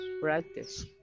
practice